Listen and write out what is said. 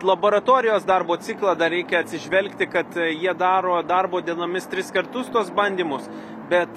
laboratorijos darbo ciklą dar reikia atsižvelgti kad jie daro darbo dienomis tris kartus tuos bandymus bet